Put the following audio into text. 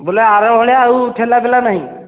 ବଲେ ଆର ଭଳିଆ ଆଉ ଠେଲା ପେଲା ନାହିଁ